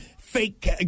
fake